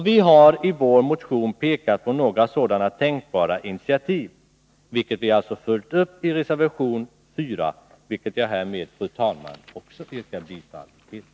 Vi har i vår motion pekat på några sådana tänkbara initiativ, vilket vi har följt upp i reservation 4 vid näringsutskottets betänkande 48. Jag yrkar härmed bifall också till denna reservation.